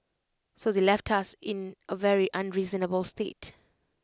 so they left us in A very unreasonable state